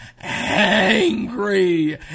angry